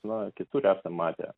na kitur esam matę